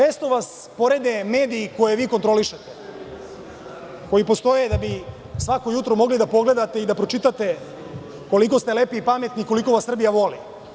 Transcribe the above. Često vas porede mediji koje vi kontrolišete, koji postoje da bi svako jutro mogli dapogledate i da pročitate koliko ste lepi i pametni i koliko vas Srbija voli.